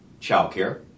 childcare